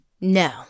No